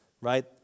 right